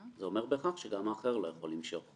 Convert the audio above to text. זה אומר בהכרח שגם האחר לא יכול למשוך.